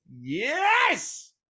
Yes